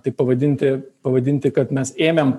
taip pavadinti pavadinti kad mes ėmėm